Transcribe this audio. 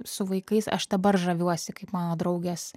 su vaikais aš dabar žaviuosi kaip mano draugės